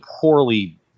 poorly